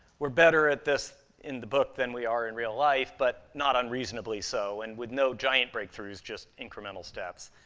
we're better at this in the book than we are in real life, but not unreasonably so and with no giant breakthroughs, just incremental steps.